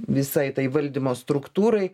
visai tai valdymo struktūrai